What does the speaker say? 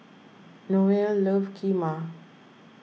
Noelle loves Kheema